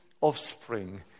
offspring